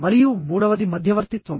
మరియు మూడవది మధ్యవర్తిత్వం